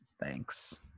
Thanks